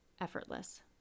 effortless